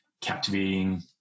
captivating